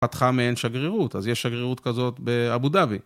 פתחה מעין שגרירות, אז יש שגרירות כזאת באבו דאבי.